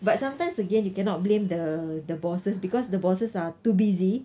but sometimes again you cannot blame the the bosses because the bosses are too busy